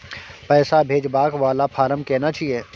पैसा भेजबाक वाला फारम केना छिए?